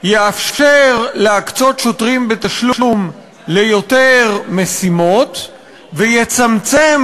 יאפשר להקצות שוטרים בתשלום ליותר משימות ויצמצם